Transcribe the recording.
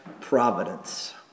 providence